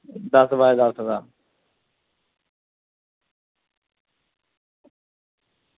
दस्स बाय दस्स दा